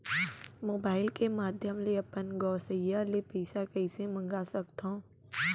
Mobile के माधयम ले अपन गोसैय्या ले पइसा कइसे मंगा सकथव?